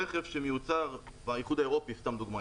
רכב שמיוצר באיחוד האירופי סתם דוגמה,